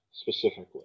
specifically